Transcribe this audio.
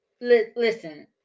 listen